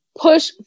push